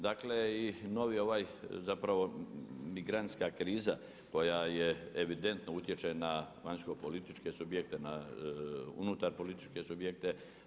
Dakle i novi ovaj zapravo migrantska kriza koja evidentno utječe na vanjsko političke subjekte, na unutar političke subjekte.